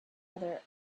other